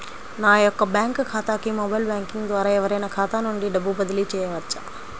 నా యొక్క బ్యాంక్ ఖాతాకి మొబైల్ బ్యాంకింగ్ ద్వారా ఎవరైనా ఖాతా నుండి డబ్బు బదిలీ చేయవచ్చా?